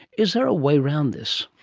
is there a way around this?